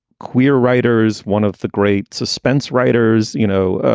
queer writers, one of the great suspense writers. you know,